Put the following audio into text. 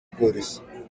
bworoshye